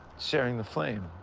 sharing the flame.